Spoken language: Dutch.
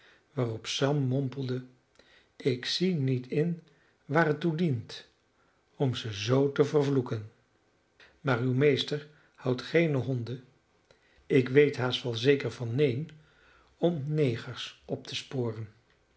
waarop sam mompelde ik zie niet in waar het toe dient om ze zoo te vervloeken maar uw meester houdt geene honden ik weet haast wel zeker van neen om negers op te sporen